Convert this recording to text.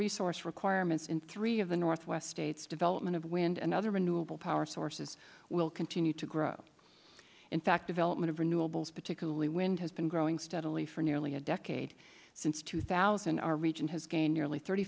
resource requirements in three of the northwest states development of wind and other renewable power sources will continue to grow in fact development of renewables particularly wind has been growing steadily for nearly a decade since two thousand our region has gained nearly thirty